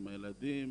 עם הילדים,